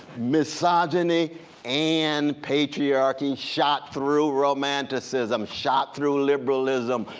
misogyny and patriarchy shot through romanticism. shot through liberalism.